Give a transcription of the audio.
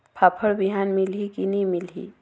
फाफण बिहान मिलही की नी मिलही?